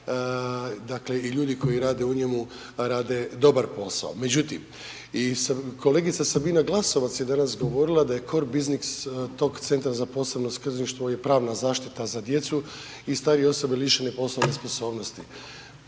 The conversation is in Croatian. dakle i ljudi koji rade u njemu rade dobar posao. Međutim, i kolegica Sabina Glasovac je danas govorila da je .../Govornik se ne razumije./... tog Centra za posebno skrbništvo je pravna zaštita za djecu i starije osobe lišene poslovne sposobnosti.